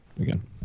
again